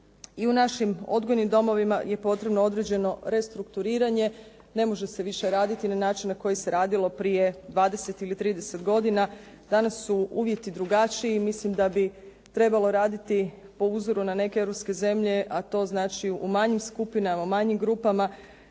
i u našim odgojnim domovima je potrebno određeno restrukturiranje. Ne može se više raditi na način na koji se radilo prije 20 ili 30 godina. Danas su uvjeti drugačiji i milim da bi trebalo raditi po uzoru na neke europske zemlje a to znači u manjim skupinama, u manjim grupama